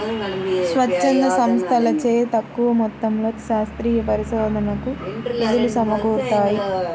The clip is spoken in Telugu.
స్వచ్ఛంద సంస్థలచే తక్కువ మొత్తంలో శాస్త్రీయ పరిశోధనకు నిధులు సమకూరుతాయి